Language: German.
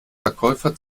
verkäufer